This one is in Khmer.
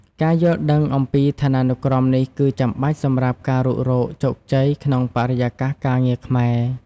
ការយល់ដឹងអំពីឋានានុក្រមនេះគឺចាំបាច់សម្រាប់ការរុករកជោគជ័យក្នុងបរិយាកាសការងារខ្មែរ។